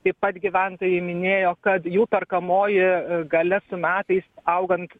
taip pat gyventojai minėjo kad jų perkamoji galia su metais augant